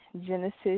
Genesis